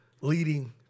leading